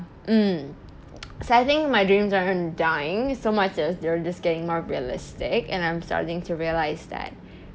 mm so I think my dreams aren't dying so much as they're just getting more realistic and I'm starting to realise that